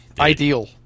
Ideal